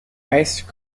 ice